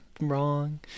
wrong